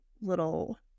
little